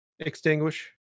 Extinguish